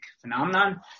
phenomenon